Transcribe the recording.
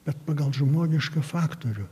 bet pagal žmogišką faktorių